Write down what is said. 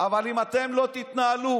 אבל אם אתם לא תתנהלו